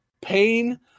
pain